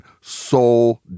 Soul